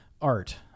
art